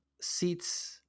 seats